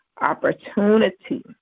opportunity